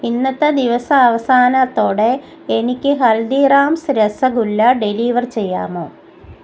ഇന്നത്തെ ദിവസാവസാനത്തോടെ എനിക്ക് ഹൽദിറാംസ് രസഗുല്ല ഡെലിവർ ചെയ്യാമോ